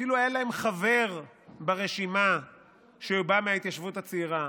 אפילו היה להם חבר ברשימה שבא מההתיישבות הצעירה,